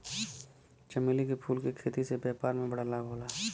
चमेली के फूल के खेती से व्यापार में बड़ा लाभ होला